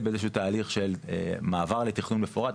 באיזה שהוא תהליך של מעבר לתכנון מפורט,